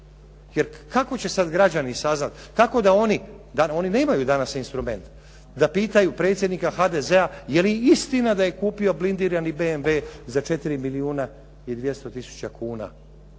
jer kako će sad građani saznat, kako da oni, oni nemaju danas instrumente da pitaju predsjednika HDZ-a je li istina da je kupio blindirani BMW za 4 milijuna i 200 tisuća kuna,